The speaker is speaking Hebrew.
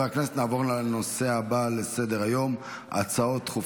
להלן תוצאות ההצבעה.